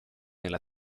nella